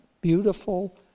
beautiful